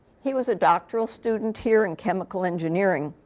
he was a doctoral student here in chemical engineering.